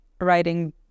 writing